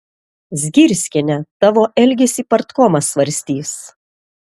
zgirskiene tavo elgesį partkomas svarstys